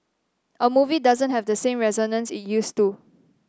a movie doesn't have the same resonance it used to